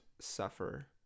suffer